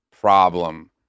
problem